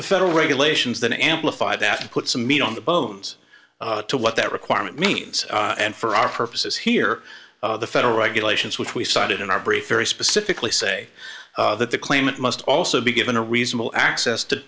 the federal regulations that amplify that and put some meat on the bones to what that requirement means and for our purposes here the federal regulations which we cited in our brief very specifically say that the claimant must also be given a reasonable access to